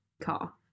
car